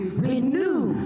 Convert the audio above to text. renew